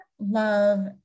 love